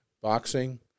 boxing